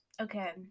Okay